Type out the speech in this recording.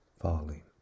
falling